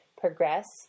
progress